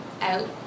Out